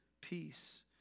peace